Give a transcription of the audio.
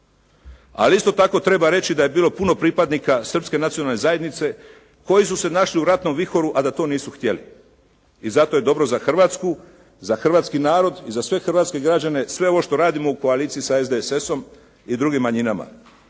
Ali isto tako treba reći da je bilo puno pripadnika srpske nacionalne zajednice koji su se našli u ratnom vihoru, a da to nisu htjeli. I zato je dobro za Hrvatsku, za hrvatski narod i za sve hrvatske građane sve ovo što radimo u koaliciji sa SDSS-om i drugim manjinama.